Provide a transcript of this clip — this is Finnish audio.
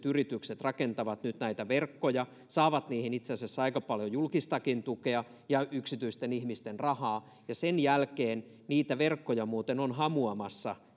yritykset rakentavat näitä verkkoja saavat niihin itse asiassa aika paljon julkistakin tukea ja yksityisten ihmisten rahaa ja sen jälkeen niitä verkkoja ovat hamuamassa